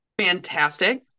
Fantastic